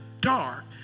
dark